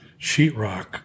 sheetrock